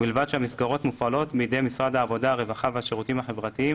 ובלבד שהמסגרות מופעלות בידי משרד העבודה הרווחה והשירותים החברתיים